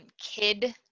kid